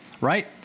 right